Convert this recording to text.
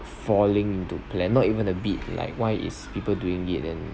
falling into plan not even a bit like why is people doing it then